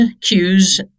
cues